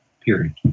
period